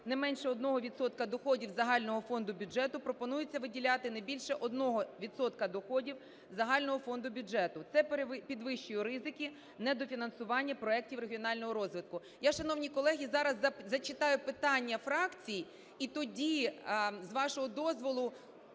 не менше 1 відсотка доходів загального фонду бюджету пропонується виділяти не більше 1 відсотка доходів загального фонду бюджету. Це підвищує ризики недофінансування проектів регіонального розвитку. Я, шановні колеги, зараз зачитаю питання фракцій і тоді, з вашого дозволу,